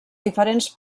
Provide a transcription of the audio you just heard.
diferents